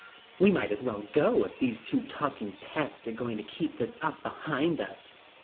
we might as well go, if these two talking pests are going to keep this up behind us.